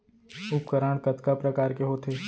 उपकरण कतका प्रकार के होथे?